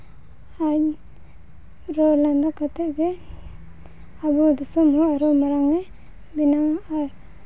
ᱟᱨ ᱨᱚᱲ ᱞᱟᱸᱫᱟ ᱠᱟᱛᱮᱜ ᱜᱮ ᱟᱵᱚ ᱫᱤᱥᱚᱢ ᱦᱚᱸ ᱟᱨᱦᱚᱸ ᱢᱟᱨᱟᱝᱮ ᱵᱮᱱᱟᱣᱟ ᱟᱨ